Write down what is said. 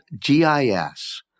GIS